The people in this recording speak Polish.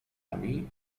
nami